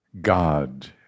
God